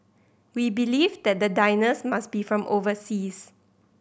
we believed that the diners must be from overseas